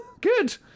Good